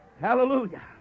Hallelujah